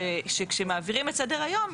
שכשמעבירים את סדר היום,